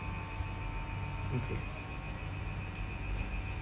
okay